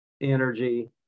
energy